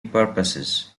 purposes